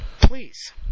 please